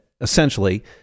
essentially